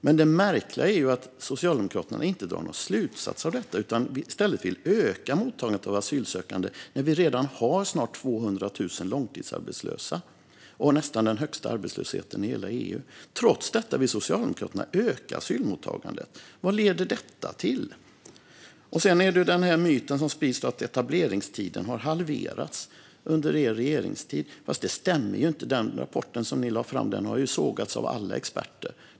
Men det märkliga är att Socialdemokraterna inte drar någon slutsats av detta utan i stället vill öka mottagandet av asylsökande, när vi redan har snart 200 000 långtidsarbetslösa och nästan den högsta arbetslösheten i hela EU. Trots detta vill Socialdemokraterna öka asylmottagandet. Vad leder detta till? Sedan sprids myten att etableringstiden har halverats under er regeringstid, fast det stämmer inte. Den rapport som ni lade fram har ju sågats av alla experter.